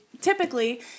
typically